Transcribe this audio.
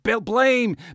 blame